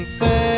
say